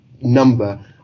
number